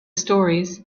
stories